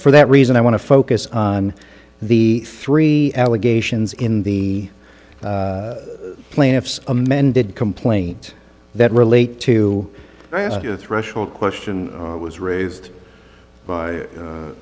for that reason i want to focus on the three allegations in the plaintiff's amended complaint that relate to the threshold question was raised by